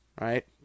right